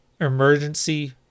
emergency